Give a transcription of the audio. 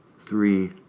three